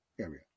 area